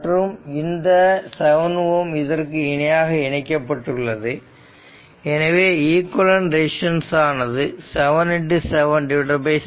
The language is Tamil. மற்றும் இந்த 7 Ω இதற்கு இணையாக இணைக்கப்பட்டுள்ளது எனவே ஈக்குவேலன்ட் ரெசிஸ்டன்ஸ் ஆனது 7 7 7 7 ஆகும்